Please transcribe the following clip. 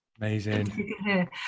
amazing